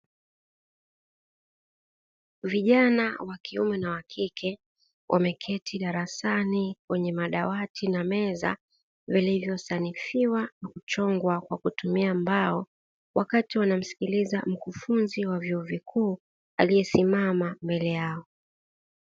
Vijana wa kiume na wa kike wameketi darasani kwenye madawati na meza vilivyo sanifiwa na kuchongwa kwa kutumia mbao wakati wanamsikiliza mkufunzi wa vyuo vikuu aliye simama mbele yao.